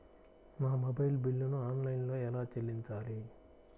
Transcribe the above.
నా మొబైల్ బిల్లును ఆన్లైన్లో ఎలా చెల్లించాలి?